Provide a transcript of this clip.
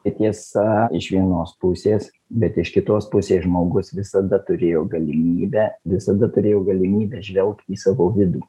tai tiesa iš vienos pusės bet iš kitos pusės žmogus visada turėjo galimybę visada turėjo galimybę žvelgt į savo vidų